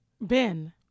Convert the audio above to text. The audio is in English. Ben